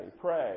pray